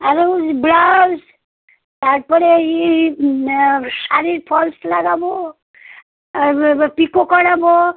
আরো ব্লাউস তারপরেই শাড়ির ফলস লাগাবো আর পিকো করাবো